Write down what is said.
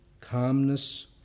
calmness